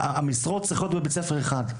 המשרות צריכות להיות בית ספר אחד,